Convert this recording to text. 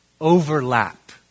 Overlap